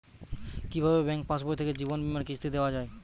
কি ভাবে ব্যাঙ্ক পাশবই থেকে জীবনবীমার কিস্তি দেওয়া হয়?